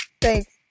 Thanks